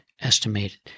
estimated